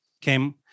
Came